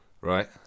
Right